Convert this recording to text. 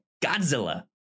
Godzilla